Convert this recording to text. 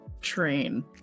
train